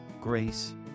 grace